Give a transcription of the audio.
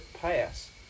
pass